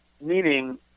meaning